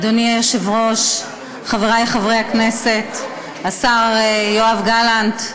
אדוני היושב-ראש, חברי חברי הכנסת, השר יואב גלנט,